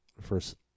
first